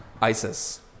Isis